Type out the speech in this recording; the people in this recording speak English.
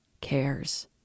cares